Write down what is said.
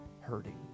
hurting